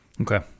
Okay